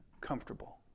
comfortable